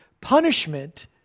Punishment